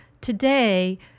today